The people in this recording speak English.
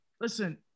Listen